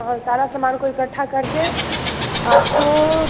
हाँ सारे सामान को इकट्ठा करके आपको